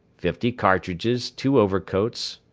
fifty cartridges, two overcoats,